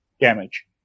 damage